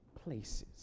places